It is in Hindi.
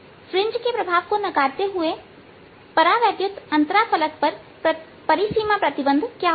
फ्रिंज के प्रभाव को नकारते हुए परावैद्युत अंतरा फलक पर परिसीमा प्रतिबंध क्या होंगे